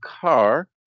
car